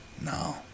no